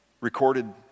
recorded